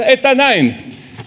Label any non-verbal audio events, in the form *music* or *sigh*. *unintelligible* että näin